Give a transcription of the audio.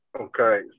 Okay